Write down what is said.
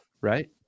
right